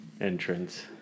entrance